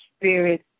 spirit